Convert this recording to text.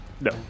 No